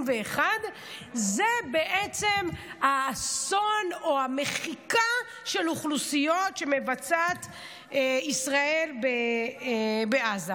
זה בעצם האסון או המחיקה של אוכלוסיות שמבצעת ישראל בעזה.